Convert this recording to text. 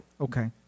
Okay